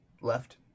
Left